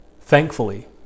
Thankfully